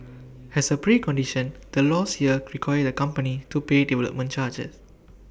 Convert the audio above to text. as A precondition the laws here require the company to pay development charges